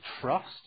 trust